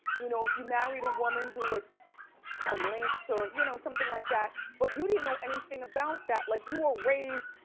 you know if you married a woman who was a lynx or you know something like that, but you didn't know anything about that. like you were raised